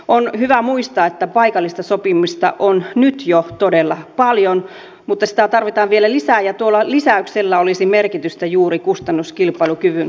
on hyvä muistaa että paikallista sopimista on nyt jo todella paljon mutta sitä tarvitaan vielä lisää ja tuolla lisäyksellä olisi merkitystä juuri kustannuskilpailukyvyn kannalta